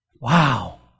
Wow